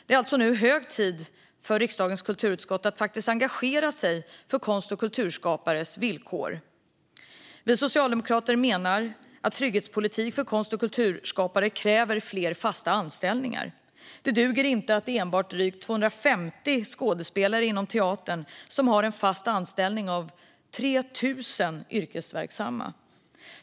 Det är nu hög tid för riksdagens kulturutskott att faktiskt engagera sig för konst och kulturskapares villkor. Vi socialdemokrater menar att trygghetspolitik för konst och kulturskapare kräver fler fasta anställningar. Det duger inte att det enbart är drygt 250 skådespelare inom teatern som har en fast anställning av 3 000 yrkesverksamma.